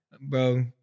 Bro